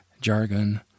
jargon